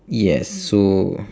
yes so